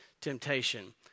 temptation